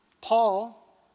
Paul